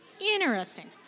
Interesting